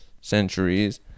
centuries